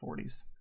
40s